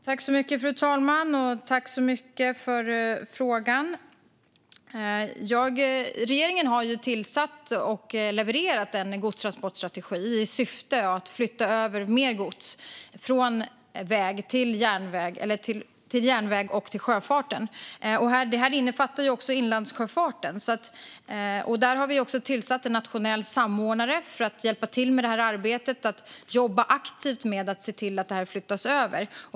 Fru talman! Tack för frågan, Jimmy Ståhl! Regeringen har levererat en godstransportstrategi i syfte att flytta över mer gods från väg till järnväg och sjöfart, och det innefattar även inlandssjöfarten. Vi har tillsatt en nationell samordnare för att hjälpa till med det arbetet och jobba aktivt med att se till att detta flyttas över.